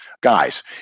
Guys